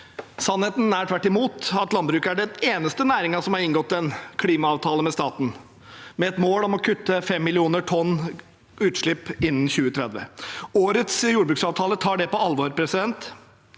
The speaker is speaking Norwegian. Sannheten er tvert imot at landbruket er den eneste næringen som har inngått en klimaavtale med staten, med et mål om å kutte 5 millioner tonn utslipp innen 2030. Årets jordbruksavtale tar det på alvor. Det